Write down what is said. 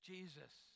Jesus